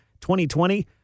2020